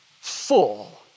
full